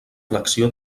flexió